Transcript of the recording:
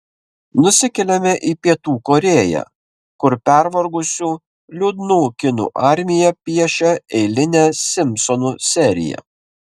nusikeliame į pietų korėją kur pervargusių liūdnų kinų armija piešia eilinę simpsonų seriją